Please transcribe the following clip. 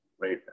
Right